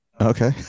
Okay